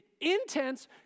intense